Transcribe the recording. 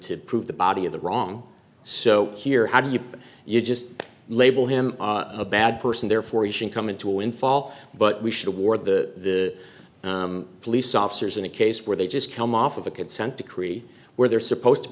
to prove the body of the wrong so here how do you you just label him a bad person therefore he should come into a windfall but we should war the police officers in a case where they just come off of a consent decree where they're supposed to